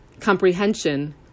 Comprehension